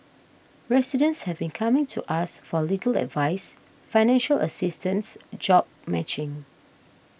residents have been coming to us for legal advice financial assistance job matching